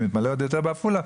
ומתמלא עוד יותר בעפולה,